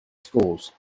schools